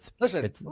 Listen